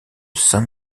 saint